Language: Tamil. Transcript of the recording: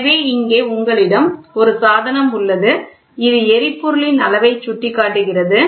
எனவே இங்கே உங்களிடம் ஒரு சாதனம் உள்ளது இது எரிபொருளின் அளவை சுட்டிக் காட்டுகிறது